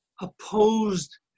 opposed